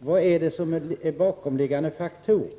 vilka de bakomliggande faktorerna är.